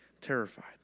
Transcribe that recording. terrified